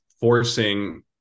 forcing